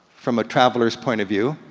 from a traveler's point of view.